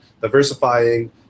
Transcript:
diversifying